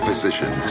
Physician